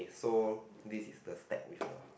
so this is the stack with the